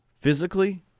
physically